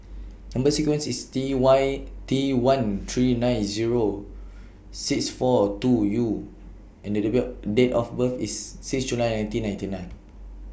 Number sequence IS T Y T one three nine Zero six four two U and Date Date of birth IS six July nineteen ninety nine